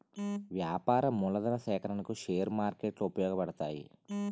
వ్యాపార మూలధన సేకరణకు షేర్ మార్కెట్లు ఉపయోగపడతాయి